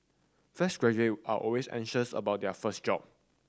fresh graduate are always anxious about their first job